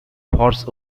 horse